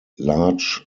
large